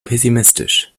pessimistisch